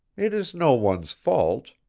it is no one's fault.